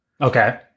Okay